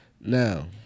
Now